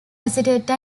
acetate